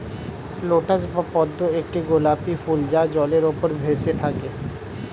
lotus বা পদ্ম একটি গোলাপী ফুল যা জলের উপর ভেসে থাকে